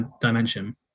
dimension